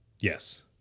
Yes